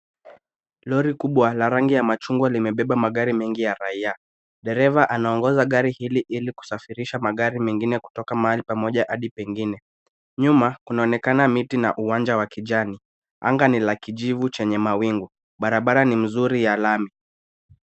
Lori kubwa la rangi ya machungwa limebeba magari mengi ya raia. Deareva anaongoza gari ili kusafirisha magari mengine kutoka mahali pamoja hadi pengine. Nyuma kunaonekana miti na uwanja wa kijani. Anga ni la kijivu chenya mawingu. Barabara ni mzuri ya lami.